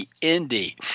Indy